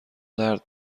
درد